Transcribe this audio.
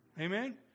Amen